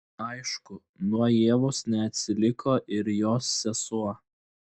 aišku nuo ievos neatsiliko ir jos sesuo